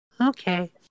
okay